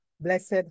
blessed